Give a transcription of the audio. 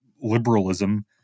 liberalism